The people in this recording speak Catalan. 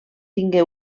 tingué